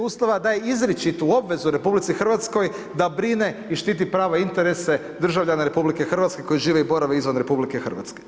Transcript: Ustava daje izričitu obvezu RH da brine i štiti prava interese državljana RH, koji žive i borave izvan RH.